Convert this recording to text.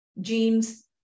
genes